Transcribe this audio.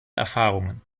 erfahrungen